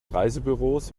reisebüros